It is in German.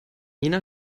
jener